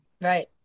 right